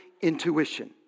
intuition